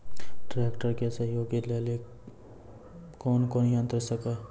Tractor के सहयोगी खेती लेली कोन कोन यंत्र छेकै?